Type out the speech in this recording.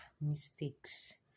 mistakes